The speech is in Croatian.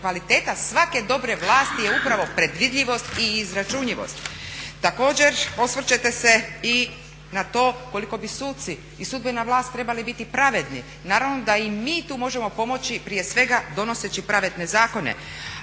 svake dobri vlasti je upravo predvidljivost i izračunjivost. Također, osvrćete se i na to koliko bi suci i sudbena vlast trebali biti pravedni. Naravno da im mi tu možemo pomoći prije svega donoseći pravedne zakone.